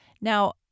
Now